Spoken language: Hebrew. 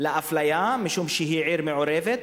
לאפליה, משום שהיא עיר מעורבת.